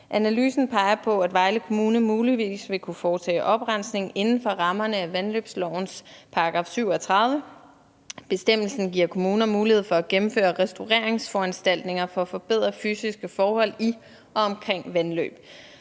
Analysen peger på, at Vejle Kommune muligvis vil kunne foretage oprensning inden for rammerne af vandløbslovens § 37. Bestemmelsen giver kommuner mulighed for at gennemføre restaureringsforanstaltninger for at forbedre fysiske forhold i og omkring vandløb.